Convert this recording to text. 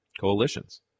coalitions